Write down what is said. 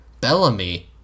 Bellamy